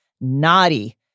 naughty